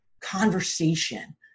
conversation